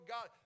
God